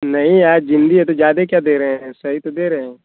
नहीं यार जिंदी है तो ज्यादे ही क्या दे रहे हैं सही तो दे रहे हैं